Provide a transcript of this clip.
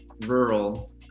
rural